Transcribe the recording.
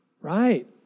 right